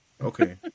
okay